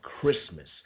Christmas